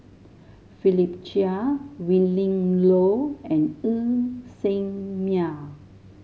Philip Chia Willin Low and Ng Ser Miang